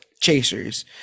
chasers